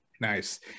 Nice